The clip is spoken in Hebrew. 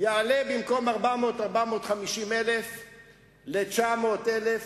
יעלה מ-400,000 או 450,000 ל-900,000.